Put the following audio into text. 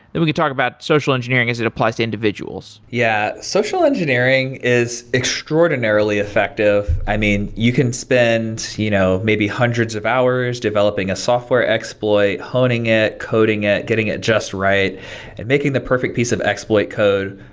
then we can talk about social engineering as it applies to individuals yeah. social engineering is extraordinarily effective. i mean, you can spend you know maybe hundreds maybe hundreds of hours developing a software exploit, honing it, coding it, getting it just right and making the perfect piece of exploit code.